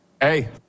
Hey